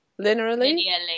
linearly